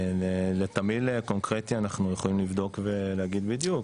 לתמהיל קונקרטי אנחנו יכולים לבדוק ולהגיד בדיוק,